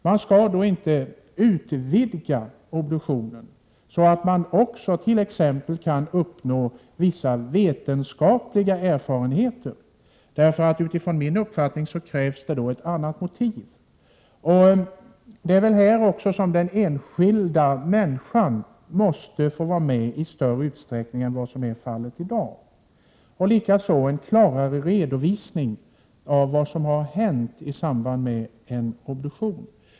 Man skall då inte utvidga obduktionen så att man också t.ex. kan uppnå vissa vetenskapliga erfarenheter. Utifrån min uppfattning krävs det då ett annat motiv. Det är i detta sammanhang som den enskilda människan måste få vara med i större utsträckning än vad som är fallet i dag. Likaså måste det ske en klarare redovisning av vad som hänt i samband med en obduktion.